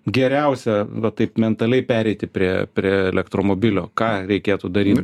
geriausia va taip mentaliai pereiti prie prie elektromobilio ką reikėtų daryt